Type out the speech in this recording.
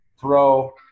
throw